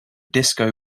disco